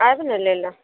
आयब ने लै लए